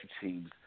teams